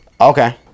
Okay